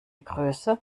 größe